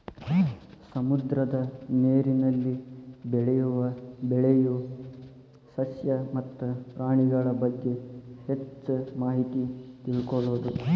ಸಮುದ್ರದ ನೇರಿನಲ್ಲಿ ಬೆಳಿಯು ಸಸ್ಯ ಮತ್ತ ಪ್ರಾಣಿಗಳಬಗ್ಗೆ ಹೆಚ್ಚ ಮಾಹಿತಿ ತಿಳಕೊಳುದು